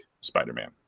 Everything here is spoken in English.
Spider-Man